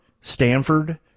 Stanford